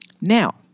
Now